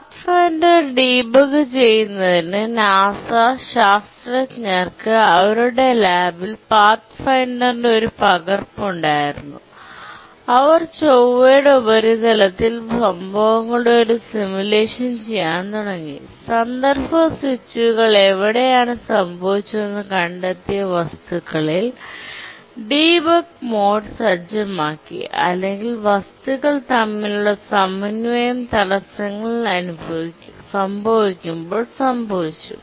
Pathfinder debug ചെയ്യുന്നതിന് NASA ശാസ്ത്രജ്ഞർക്ക് അവരുടെ ലാബിൽ പാത്ത്ഫൈൻഡറിന്റെ ഒരു പകർപ്പ് ഉണ്ടായിരുന്നു അവർ ചൊവ്വയുടെ ഉപരിതലത്തിൽ സംഭവങ്ങളുടെ ഒരു സിമുലേഷൻ ചെയ്യാൻ തുടങ്ങി സന്ദർഭ സ്വിച്ചുകൾ എവിടെയാണ് സംഭവിച്ചതെന്ന് കണ്ടെത്തിയ വസ്തുക്കളിൽ ഡീബഗ് മോഡ് സജ്ജമാക്കി അല്ലെങ്കിൽ വസ്തുക്കൾ തമ്മിലുള്ള സമന്വയം തടസ്സങ്ങൾ സംഭവിക്കുമ്പോൾ സംഭവിച്ചു